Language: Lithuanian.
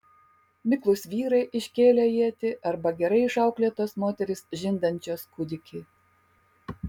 miklūs vyrai iškėlę ietį arba gerai išauklėtos moterys žindančios kūdikį